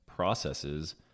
processes